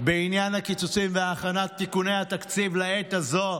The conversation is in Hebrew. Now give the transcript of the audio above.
בעניין הקיצוצים והכנת תיקוני התקציב לעת הזאת,